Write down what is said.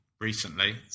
Recently